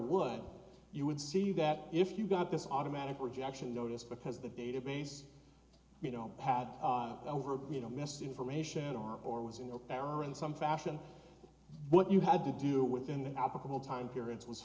would you would see that if you got this automatic rejection notice because the database you know had over you know misinformation or or was in the power in some fashion what you had to do within the applicable time periods was